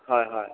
হয় হয়